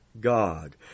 God